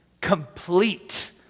complete